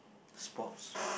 sports